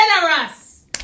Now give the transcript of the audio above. generous